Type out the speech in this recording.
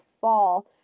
fall